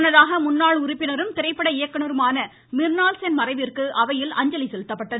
முன்னதாக முன்னாள் உறுப்பினரும் திரைப்பட இயக்குநருமான மிர்னால் சென் மறைவிற்கு அவையில் அஞ்சலி செலுத்தப்பட்டது